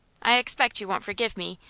i expect you won't forgive me,